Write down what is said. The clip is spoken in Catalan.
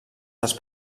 dels